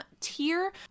tier